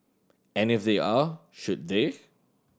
and if they are should they